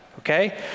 Okay